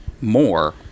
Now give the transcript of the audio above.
more